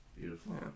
Beautiful